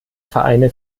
vereine